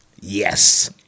Yes